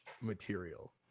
material